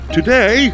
Today